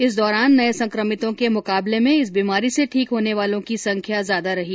इस दौरान नये संकमितों के मुकाबले में इस बीमारी से ठीक होने वालों की संख्या ज्यादा रही